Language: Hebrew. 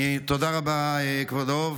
תודה רבה, כבודו.